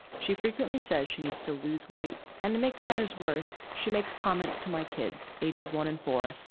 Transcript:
she frequently says she needs to lose weight. and to make matters worse, she makes comments to my kids, ages one and four,